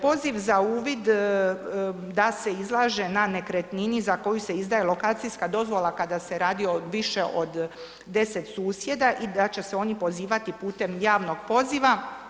Poziv za uvid da se izlaže na nekretnini za koju se izdaje lokacijska dozvola kada se radi o više od 10 susjeda i da će se oni pozivati putem javnog poziva.